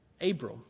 Abram